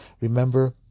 remember